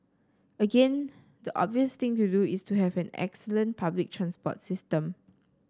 again the obvious thing to do is to have an excellent public transport system